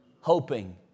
hoping